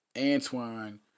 Antoine